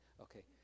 Okay